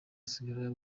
asigara